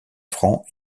franc